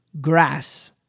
Grass